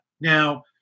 Now